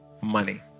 Money